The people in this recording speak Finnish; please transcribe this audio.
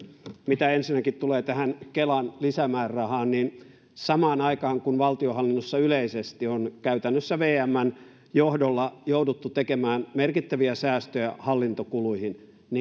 mitä ensinnäkin tulee kelan lisämäärärahaan niin samaan aikaan kun valtionhallinnossa yleisesti on käytännössä vmn johdolla jouduttu tekemään merkittäviä säästöjä hallintokuluihin